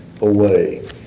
away